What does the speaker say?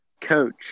Coach